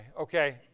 Okay